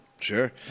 Sure